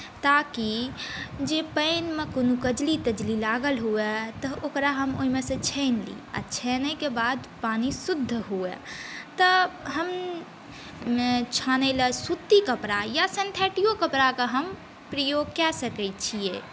ताकि जे पानिमे कोनो कजली तजली लागल हुए तऽ ओकरा हम ओहिमे सॅं छानि ली आ छानिके बाद पानि शुद्ध हुए तऽ हम छानै ला सुती कपड़ा या सिन्थेटिको कपड़ा कऽहम प्रयोग कए सकै छियै